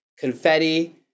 Confetti